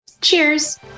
Cheers